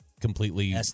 completely